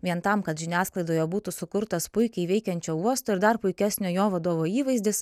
vien tam kad žiniasklaidoje būtų sukurtas puikiai veikiančio uosto ir dar puikesnio jo vadovo įvaizdis